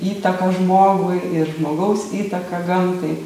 įtaką žmogui ir žmogaus įtaką gamtai